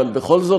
אבל בכל זאת,